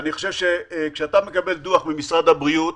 כשאתה מקבל דוח ממשרד הבריאות,